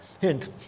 Hint